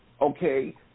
okay